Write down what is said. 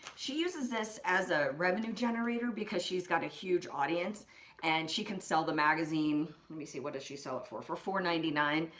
she uses this as a revenue generator, because she's got a huge audience and she can sell the magazine, let me see, what does she sell it for, for four point nine nine,